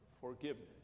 forgiveness